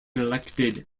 elected